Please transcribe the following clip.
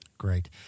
great